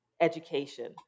education